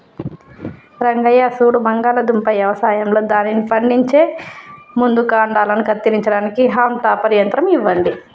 రంగయ్య సూడు బంగాళాదుంప యవసాయంలో దానిని పండించే ముందు కాండలను కత్తిరించడానికి హాల్మ్ టాపర్ యంత్రం ఇవ్వండి